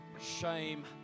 shame